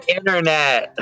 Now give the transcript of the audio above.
internet